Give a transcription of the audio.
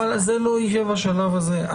אבל זה לא יהיה בשלב הזה.